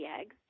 eggs